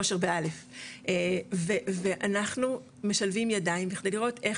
אושר ב-א' ואנחנו משלבים ידיים בכדי לראות איך